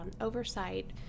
oversight